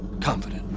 confident